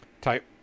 Type